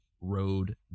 road